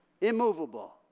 immovable